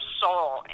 soul